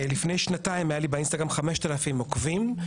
לפני שנתיים היו לי באינסטגרם 5,000 עוקבים,